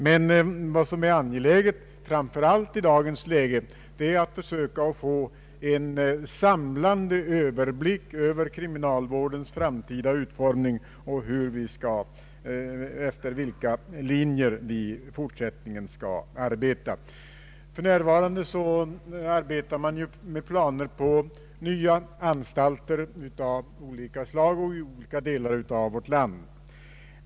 Vad som emellertid är angeläget, framför allt i dagens läge, är att söka få en samlad överblick av kriminalvårdens framtida utformning och efter vilka linjer vi i fortsättningen skall arbeta. För närvarande pågår planeringsarbeten för nya anstalter av olika slag i skilda delar av vårt land.